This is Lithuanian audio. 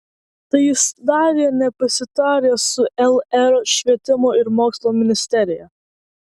tai jis darė nepasitaręs su lr švietimo ir mokslo ministerija